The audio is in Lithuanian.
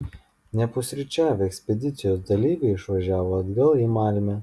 nepusryčiavę ekspedicijos dalyviai išvažiavo atgal į malmę